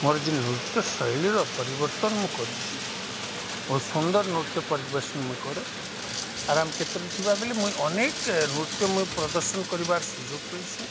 ମୋର ଯେନ୍ ନୃତ୍ୟ ଶୈଳୀର ପରିବର୍ତ୍ତନ ମୁଁ କରିଛିି ବହୁତ ସୁନ୍ଦର ନୃତ୍ୟ ପରିବେଷନ ମୁଇଁ କରେ ଆରାମ କ୍ଷେତ୍ରରେ ଥିବା ବୋଲି ମୁଇଁ ଅନେକ ନୃତ୍ୟ ମୁଇଁ ପ୍ରଦର୍ଶନ କରିବାର ସୁଯୋଗ ପଇଛେ